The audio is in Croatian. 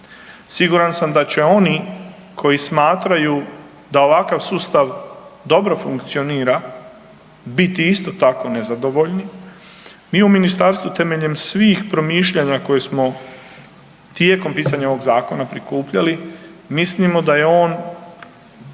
siguran sam da će oni koji smatraju da ovakav sustav dobro funkcionira biti isto tako nezadovoljni. Mi u ministarstvu temeljem svih promišljanja koje smo tijekom pisanja ovog zakona prikupljali mislimo da je on